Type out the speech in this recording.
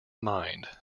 mind